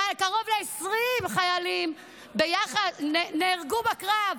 קרוב ל-20 חיילים נהרגו בקרב.